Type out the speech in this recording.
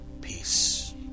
peace